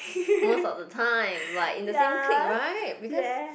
most of the time like in the same clique right because